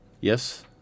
Yes